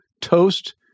toast